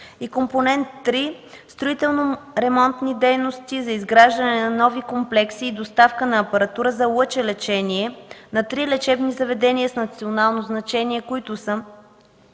Компонент три – строително-ремонтни дейности за изграждане на нови комплекси и доставка на апаратура за лъчелечение на три лечебни заведения с национално значение, които са